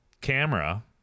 camera